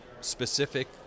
specific